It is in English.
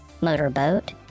motorboat